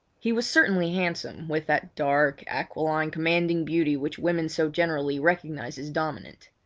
he was certainly handsome, with that dark, aquiline, commanding beauty which women so generally recognise as dominant.